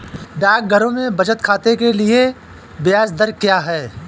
डाकघरों में बचत खाते के लिए ब्याज दर क्या है?